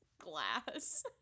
Glass